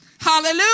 Hallelujah